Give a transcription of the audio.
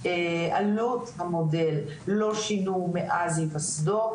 עלות המודל שלא שינו מאז היוסדו.